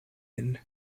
inn